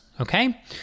Okay